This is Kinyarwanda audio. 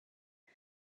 ati